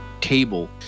table